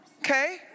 Okay